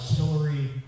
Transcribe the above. artillery